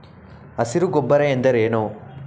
ಹಸಿರು ಗೊಬ್ಬರ ಎಂದರೇನು?